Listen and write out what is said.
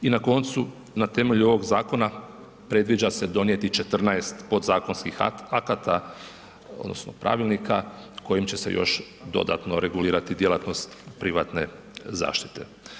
I na koncu, na temelju ovog zakona predviđa se donijeti 14 podzakonskih akata odnosno pravilnika kojim će se još dodatno regulirati djelatnost privatne zaštite.